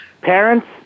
Parents